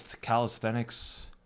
Calisthenics